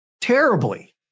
terribly